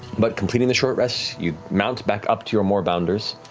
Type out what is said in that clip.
but completing the short rest, you mount back up to your moorbounders.